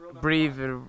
breathe